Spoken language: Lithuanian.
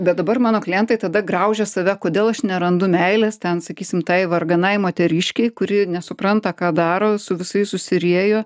bet dabar mano klientai tada graužia save kodėl aš nerandu meilės ten sakysim tai varganai moteriškei kuri nesupranta ką daro su visais susiriejo